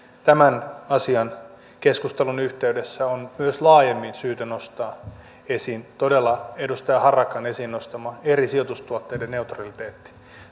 tämän asian keskustelun yhteydessä on myös laajemmin syytä nostaa esiin todella edustaja harakan esiin nostama eri sijoitustuotteiden neutraliteetti